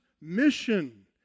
mission